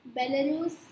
Belarus